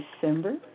December